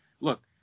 look